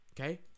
okay